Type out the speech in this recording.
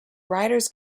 writers